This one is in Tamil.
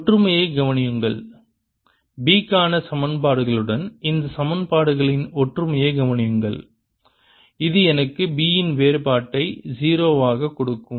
ஒற்றுமையைக் கவனியுங்கள் B க்கான சமன்பாடுகளுடன் இந்த சமன்பாடுகளின் ஒற்றுமையைக் கவனியுங்கள் இது எனக்கு B இன் வேறுபாட்டைக் 0 ஆக கொடுக்கும்